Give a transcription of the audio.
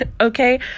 okay